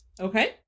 Okay